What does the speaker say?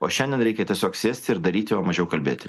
o šiandien reikia tiesiog sėsti ir daryti o mažiau kalbėti